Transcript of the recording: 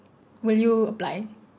will you apply